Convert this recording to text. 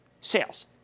sales